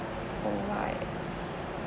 alright